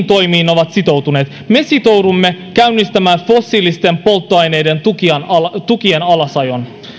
toimiin ovat sitoutuneet me sitoudumme käynnistämään fossiilisten polttoaineiden tukien alasajon